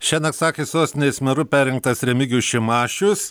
šiąnakt sakė sostinės meru perrinktas remigijus šimašius